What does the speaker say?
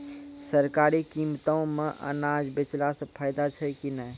सरकारी कीमतों मे अनाज बेचला से फायदा छै कि नैय?